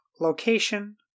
location